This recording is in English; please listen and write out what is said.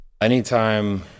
Anytime